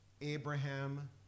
Abraham